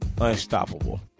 Unstoppable